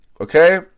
Okay